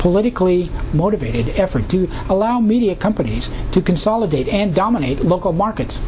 politically motivated effort to allow media companies to consolidate and dominate local markets